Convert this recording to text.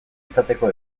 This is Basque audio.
izateko